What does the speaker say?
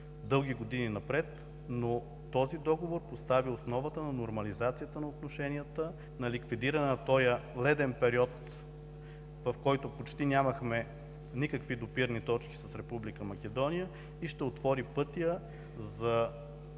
дълги години напред. Но този Договор постави основата на нормализацията на отношенията, на ликвидиране на този леден период, в който почти нямахме никакви допирни точки с Република Македония и ще отвори пътя за